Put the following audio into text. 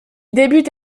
débute